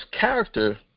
character